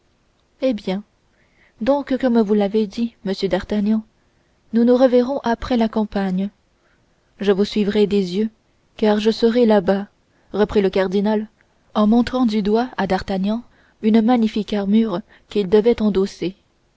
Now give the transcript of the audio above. eh bien donc comme vous l'avez dit monsieur d'artagnan nous nous reverrons après la campagne je vous suivrai des yeux car je serai là-bas reprit le cardinal en montrant du doigt à d'artagnan une magnifique armure qu'il devait endosser